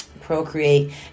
procreate